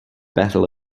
battle